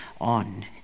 on